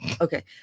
okay